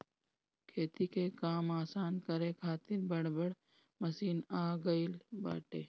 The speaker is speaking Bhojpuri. खेती के काम आसान करे खातिर बड़ बड़ मशीन आ गईल बाटे